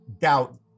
doubt